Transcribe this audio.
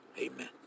Amen